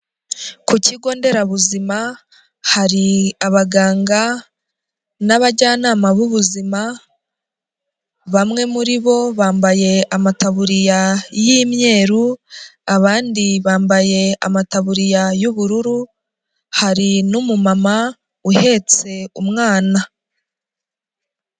Ku kigo nderabuzima hari abaganga n'abajyanama b'ubuzima, bamwe muri bo bambaye amatabuririya y'imyeru abandi bambaye amataburiya y'ubururu, hari n'umumama uhetse umwana.